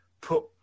put